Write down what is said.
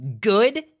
good